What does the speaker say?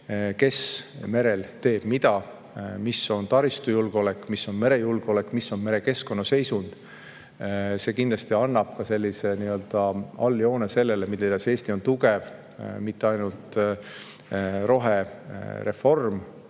kes merel teeb mida, mis on taristujulgeolek, mis on merejulgeolek, mis on merekeskkonna seisund. See kindlasti annab ka sellise alljoone sellele, milles Eesti on tugev. Mitte ainult rohereform,